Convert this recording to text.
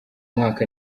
mwaka